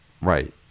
right